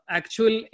actual